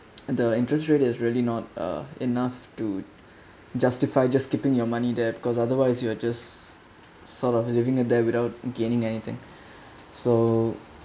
and the interest rate is really not uh enough to justify just keeping your money there because otherwise you are just sort of living a day without gaining anything so